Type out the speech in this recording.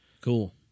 cool